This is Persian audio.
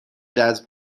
جذب